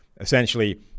Essentially